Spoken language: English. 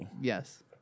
Yes